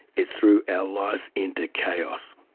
it threw our life into chaos.